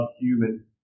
human